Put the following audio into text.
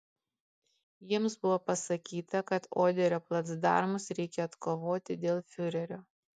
jiems buvo pasakyta kad oderio placdarmus reikia atkovoti dėl fiurerio